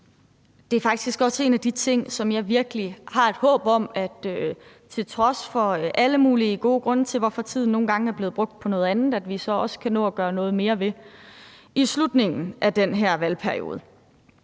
det er faktisk også en af de ting, som jeg virkelig har et håb om at vi, til trods for alle mulige gode grunde til, hvorfor tiden nogle gange er blevet brugt på noget andet, så også kan nå at gøre noget mere ved i slutningen af den her valgperiode.